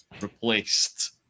Replaced